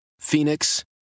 Phoenix